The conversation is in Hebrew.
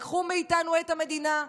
לקחו מאיתנו את המדינה,